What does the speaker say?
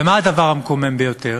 ומה הדבר המקומם ביותר?